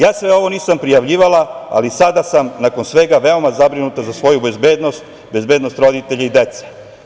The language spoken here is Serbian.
Ja sve ovo nisam prijavljivala, ali sada sam nakon svega veoma zabrinuta za svoju bezbednost, bezbednost roditelja i dece.